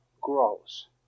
grows